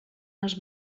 les